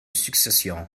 succession